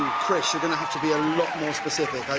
chris, you're going to have to be a lot more specific.